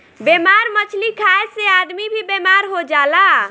बेमार मछली खाए से आदमी भी बेमार हो जाला